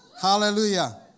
Hallelujah